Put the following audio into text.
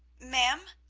ma'am?